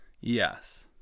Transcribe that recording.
Yes